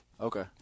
Okay